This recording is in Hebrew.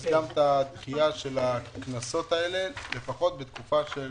את דחיית הקנסות האלה לפחות בתקופה של